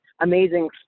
amazing